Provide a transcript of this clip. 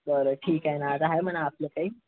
बरं ठीक आहे ना आता है म्हणा आपलं काही